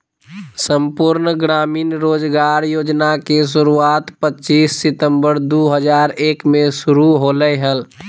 संपूर्ण ग्रामीण रोजगार योजना के शुरुआत पच्चीस सितंबर दु हज़ार एक मे शुरू होलय हल